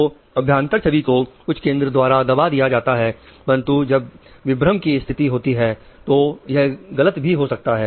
तो अभ्यांतर छवि को कुछ केंद्र द्वारा दबा दिया जाता है परंतु जब विभ्रम की स्थिति होती है तो यह गलत भी हो सकता है